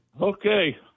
Okay